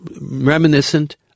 reminiscent